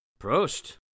Prost